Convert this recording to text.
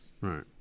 Right